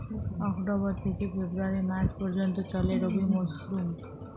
October থেকে February মাস পর্যন্ত চলে রবি মরসুম